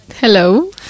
Hello